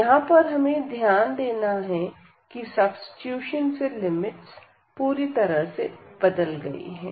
यहां पर हमें ध्यान देना है कि सब्सीट्यूशन से लिमिट्स पूरी तरह से बदल गई है